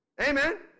Amen